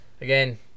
again